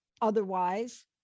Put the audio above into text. otherwise